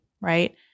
right